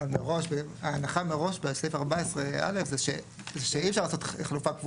אבל ההנחה מראש בסעיף (14) (א) זה שאי אפשר לעשות חלופה קבוע